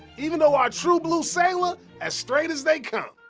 even though our true blue sailor as straight as they come.